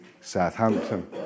Southampton